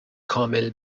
کامل